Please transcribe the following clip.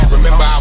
Remember